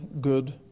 good